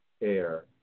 air